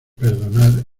perdonar